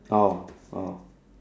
oh oh